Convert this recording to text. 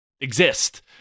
exist